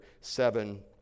seven